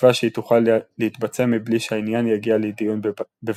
בתקווה שהיא תוכל להתבצע מבלי שהעניין יגיע לדיון בבג"ץ.